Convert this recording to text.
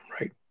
right